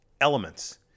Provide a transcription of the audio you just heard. elements